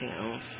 else